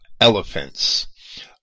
elephants